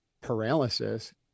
paralysis